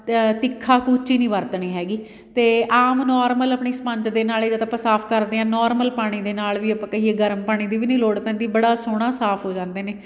ਤਿੱਖਾ ਕੂਚੀ ਨਹੀਂ ਵਰਤਣੀ ਹੈਗੀ ਅਤੇ ਆਮ ਨੋਰਮਲ ਆਪਣੀ ਸਪੰਜ ਦੇ ਨਾਲ਼ ਏ ਜਦ ਆਪਾਂ ਸਾਫ਼ ਕਰਦੇ ਹਾਂ ਨੋਰਮਲ ਪਾਣੀ ਦੇ ਨਾਲ਼ ਵੀ ਆਪਾਂ ਕਹੀਏ ਗਰਮ ਪਾਣੀ ਦੀ ਵੀ ਨਹੀਂ ਲੋੜ ਪੈਂਦੀ ਬੜਾ ਸੋਹਣਾ ਸਾਫ਼ ਹੋ ਜਾਂਦੇ ਨੇ